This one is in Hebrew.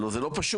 הלא זה לא פשוט.